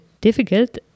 difficult